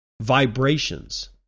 vibrations